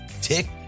tick